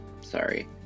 sorry